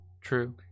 True